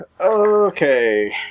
Okay